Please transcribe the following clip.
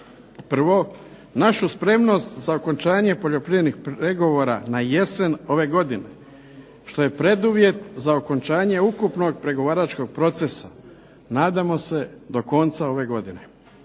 Prvo, našu spremnost za okončanje poljoprivrednih pregovora na jesen ove godine što je preduvjet za okončanje ukupnog pregovaračkog procesa. Nadamo se do konca ove godine.